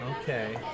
Okay